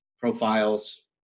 profiles